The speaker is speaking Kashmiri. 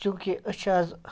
چوٗنٛکہِ أسۍ چھِ آز